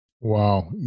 Wow